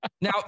Now